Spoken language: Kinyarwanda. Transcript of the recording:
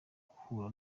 guhura